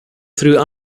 through